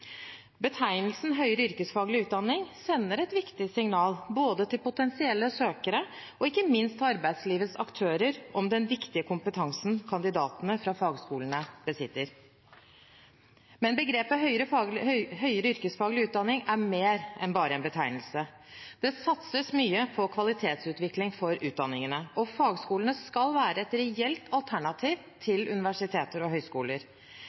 Betegnelsen «høyere yrkesfaglig utdanning» sender et viktig signal både til potensielle søkere og – ikke minst – til arbeidslivets aktører om den viktige kompetansen kandidatene fra fagskolene besitter. Men begrepet «høyere yrkesfaglig utdanning» er mer enn bare en betegnelse. Det satses mye på kvalitetsutvikling for utdanningene, og fagskolene skal være et reelt alternativ til universiteter og høyskoler.